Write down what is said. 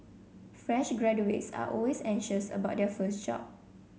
fresh graduates are always anxious about their first job